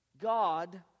God